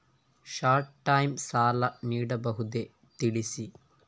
Short time ಸಾಲ ನೀಡಬಹುದೇ ತಿಳಿಸಿ?